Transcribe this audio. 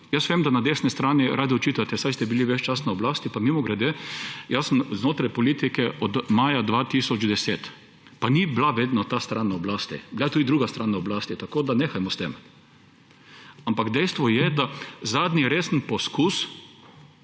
Vem, da na desni strani radi očitate – saj ste bili ves čas na oblasti. Pa mimogrede, jaz sem znotraj politike od maja 2010 pa ni bila vedno ta stran na oblasti, bila je tudi druga stran na oblasti. Nehajmo s tem. Ampak dejstvo je, da zadnji resni poskus,